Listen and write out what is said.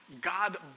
God